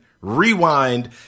Rewind